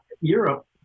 Europe